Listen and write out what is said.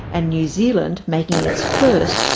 and new zealand, making its first,